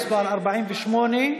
מס' 48: